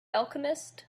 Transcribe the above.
alchemist